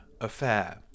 affair